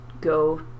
go